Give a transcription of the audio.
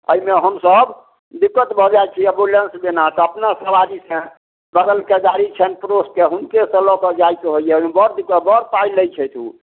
एहिमे हमसब दिक्कत भऽ जाइत छी एम्बुलेन्स बिना तऽ अपना सबारी छनि बगलके गाड़ी छनि पड़ोसके हुनके से लऽ कऽ जाइत रहए ओहिमे बड़ दिक्कत बड़ पाइ लै छथि ओ